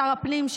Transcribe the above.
שר הפנים,